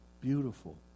Beautiful